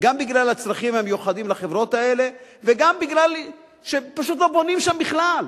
גם בגלל הצרכים המיוחדים לחברות האלה וגם בגלל שפשוט לא בונים שם בכלל.